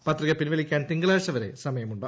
പത്രിക പിൻവലിക്കാൻ തിങ്കളാഴ്ച വരെ സമയമുണ്ട്